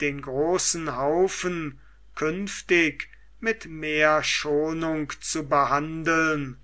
den großen haufen künftig mit mehr schonung zu behandeln